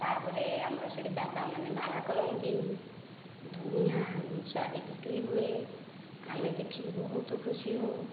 ତାପରେ ଆମର ସେଇଠି ବାବାମାନେ ମେଳା କରନ୍ତି ଦୁନିଆଁ ଜିନିଷ ଏଇଠି ବିକ୍ରି ହୁଏ ଆମେ ଦେଖିକି ବହୁତ ଖୁସି ହେଉ